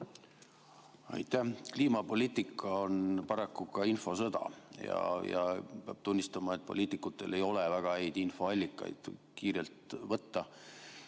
Aitäh! Kliimapoliitika on paraku ka infosõda ja peab tunnistama, et poliitikutel ei ole väga häid infoallikaid kiirelt võtta.